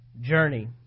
journey